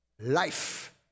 Life